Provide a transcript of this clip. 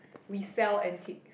we sell antiques